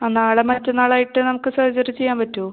ആ നാളെ മറ്റന്നാളായിട്ട് നമുക്ക് സർജറി ചെയ്യാൻ പറ്റുമോ